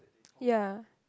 ya